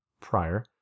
prior